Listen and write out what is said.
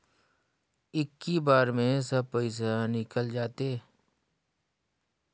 इक्की बार मे सब पइसा निकल जाते?